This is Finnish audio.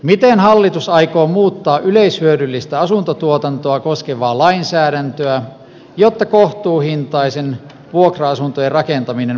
miten hallitus aikoo muuttaa yleishyödyllistä asuntotuotantoa koskevaa lainsäädäntöä jotta kohtuuhintaisen vuokra asuntojen rakentaminen